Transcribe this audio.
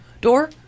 door